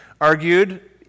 argued